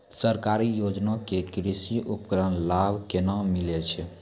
सरकारी योजना के कृषि उपकरण लाभ केना मिलै छै?